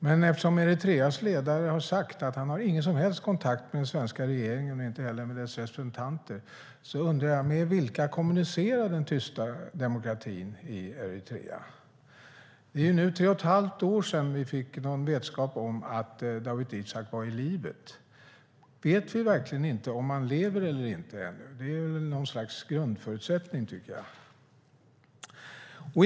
Men eftersom Eritreas ledare har sagt att han inte har någon som helst kontakt med den svenska regeringen och inte heller med dess representanter undrar jag vilka den tysta diplomatin kommunicerar med i Eritrea. Det är nu tre och ett halvt år sedan vi fick någon uppgift om att Dawit Isaak är i livet. Vet vi verkligen inte om han lever eller inte? Jag tycker att det är något slags grundförutsättning.